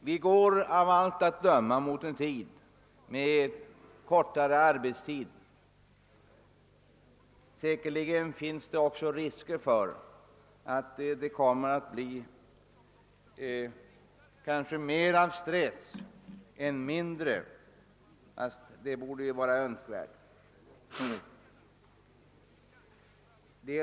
Vi går av allt att döma mot kortare arbetstider på arbetsmarknaden, och säkert föreligger det risker för att stressen kommer att bli hårdare än nu.